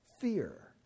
fear